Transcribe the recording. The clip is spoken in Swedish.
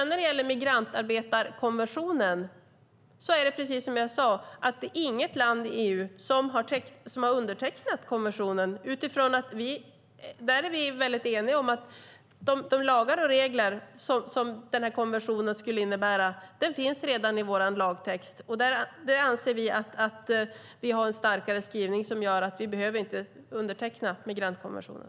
När det gäller migrantarbetarkonventionen är det precis som jag sade att inget land i EU har undertecknat den konventionen. Vi är eniga om att de lagar och regler som konventionen innefattar finns redan i vår lagtext. Där anser vi att vi har en starkare skrivning som gör att vi inte behöver underteckna migrantkonventionen.